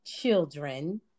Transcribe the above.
children